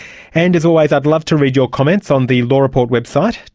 and as always i'd love to read your comments on the law report website.